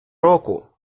року